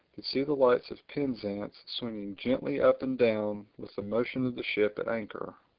could see the lights of penzance swinging gently up and down with the motion of the ship at anchor.